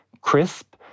crisp